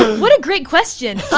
what a great question.